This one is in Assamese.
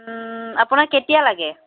আপোনাক কেতিয়া লাগে